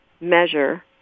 measure